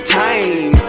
time